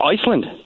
Iceland